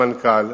המנכ"ל,